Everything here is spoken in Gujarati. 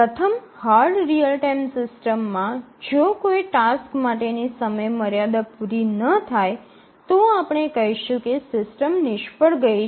પ્રથમ હાર્ડ રીઅલ ટાઇમ સિસ્ટમમાં જો કોઈ ટાસ્ક માટેની સમયમર્યાદા પૂરી ન થાય તો આપણે કહીશું કે સિસ્ટમ નિષ્ફળ ગઈ છે